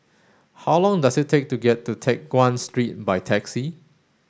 how long does it take to get to Teck Guan Street by taxi